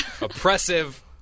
Oppressive